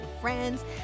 friends